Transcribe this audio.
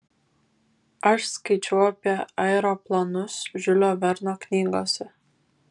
aš skaičiau apie aeroplanus žiulio verno knygose